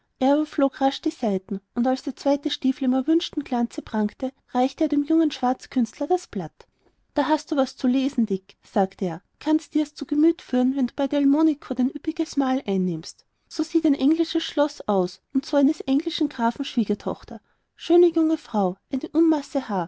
die seiten und als der zweite stiefel in erwünschtem glänze prangte reichte er dem jungen schwarzkünstler das blatt da hast du was zu lesen dick sagte er kannst dir's zu gemüt führen wenn du bei delmonico dein üppiges mahl einnimmst so sieht ein englisches schloß aus und so eines englischen grafen schwiegertochter schöne junge frau eine unmasse